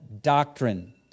doctrine